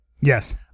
Yes